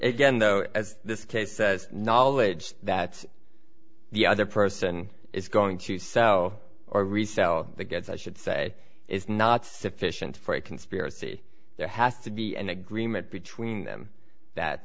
again though as this case says knowledge that the other person is going to sell or resell the guess i should say is not sufficient for a conspiracy there has to be an agreement between them that